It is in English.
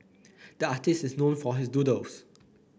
the artist is known for his doodles